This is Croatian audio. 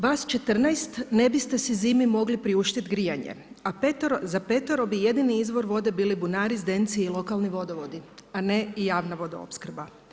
Vas 14 ne biste si zimi mogli priuštiti grijanje a za petero bi jedini izvor vode bili bunari, zdenci i lokalni vodovodi a ne i javna vodoopskrba.